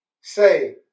say